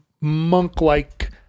monk-like